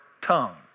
tongue